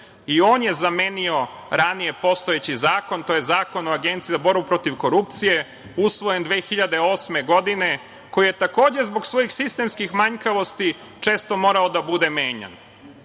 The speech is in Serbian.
i on je zamenio ranije postojeći zakon, tj. Zakon o Agenciji za borbu protiv korupcije, usvojen 2008. godine, koji je, takođe, zbog svojih sistemskih manjkavosti često morao da bude menjan. Zakon